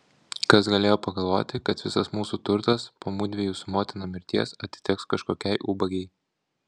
kas galėjo pagalvoti kad visas mūsų turtas po mudviejų su motina mirties atiteks kažkokiai ubagei